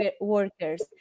workers